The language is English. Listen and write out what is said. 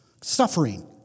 suffering